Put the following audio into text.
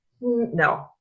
No